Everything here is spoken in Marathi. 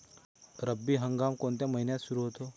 रब्बी हंगाम कोणत्या महिन्यात सुरु होतो?